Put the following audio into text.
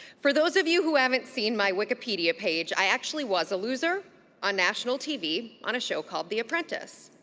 for those of you who haven't seen my wikipedia page, i actually was a loser on national tv on a show called the apprentice.